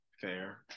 fair